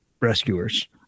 rescuers